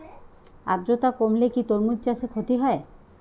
আদ্রর্তা কমলে কি তরমুজ চাষে ক্ষতি হয়?